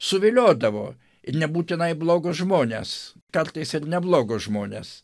suviliodavo nebūtinai blogus žmones kartais ir neblogus žmones